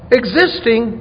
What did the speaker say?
existing